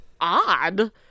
odd